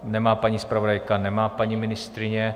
Nemá paní zpravodajka, nemá paní ministryně.